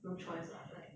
no choice lah like